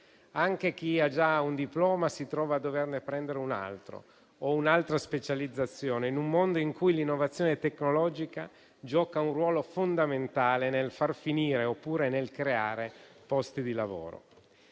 anche chi ha già un diploma si trova a doverne prendere un altro o un'altra specializzazione, in un mondo in cui l'innovazione tecnologica gioca un ruolo fondamentale nel far finire oppure nel creare posti di lavoro.